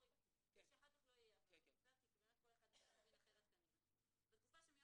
תחולה בתקופת הביניים 15. בתקופה שמיום